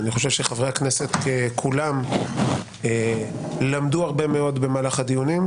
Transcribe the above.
אני חושב שחברי הכנסת כולם למדו הרבה מאוד במהלך הדיונים,